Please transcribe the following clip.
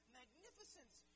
magnificence